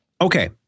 okay